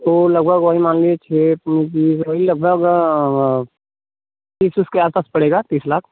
तो लगभग वही मान लीजिए वही लगभग तीस वीस के आसपास पड़ेगा तीस लाख